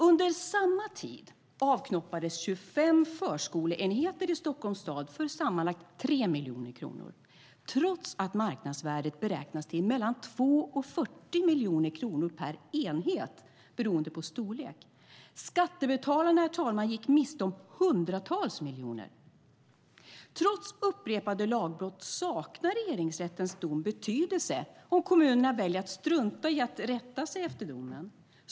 Under samma tid avknoppades 25 förskoleenheter i Stockholms stad för sammanlagt 3 miljoner kronor trots att marknadsvärdet beräknades till mellan 2 och 40 miljoner kronor per enhet beroende på storlek. Skattebetalarna, herr talman, gick miste om hundratals miljoner. Trots upprepade lagbrott saknar Regeringsrättens dom betydelse om kommunerna väljer att strunta i att rätta sig efter domen.